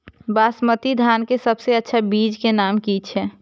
बासमती धान के सबसे अच्छा बीज के नाम की छे?